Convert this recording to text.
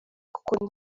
kuko